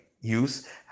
use